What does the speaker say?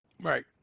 Right